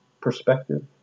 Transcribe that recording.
perspective